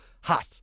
hot